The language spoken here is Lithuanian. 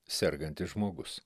sergantis žmogus